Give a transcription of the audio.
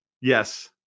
Yes